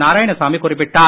நாராயணசாமி குறிப்பிட்டார்